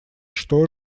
что